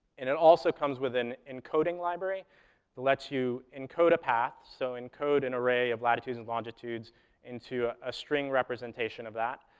and it also comes with an encoding library that lets you encode a path, so encode an array of latitudes and longitudes into a string representation of that,